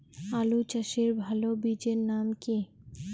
আলু চাষের ভালো বীজের নাম কি?